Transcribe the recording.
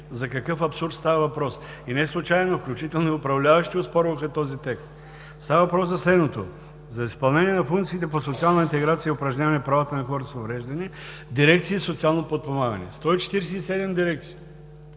за какъв абсурд става въпрос и неслучайно, включително управляващите, оспорваха този текст. Става въпрос за следното: „За изпълнение на функциите по социална интеграция и упражняване правата на хората с увреждания Дирекция „Социално подпомагане“ – 147 дирекции!